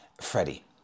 Freddie